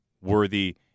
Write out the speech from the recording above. worthy